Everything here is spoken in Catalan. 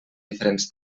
diferents